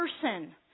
person